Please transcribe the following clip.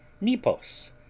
Nepos